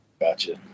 Gotcha